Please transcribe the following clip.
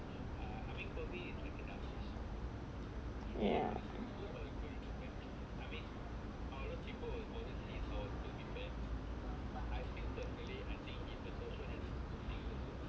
ya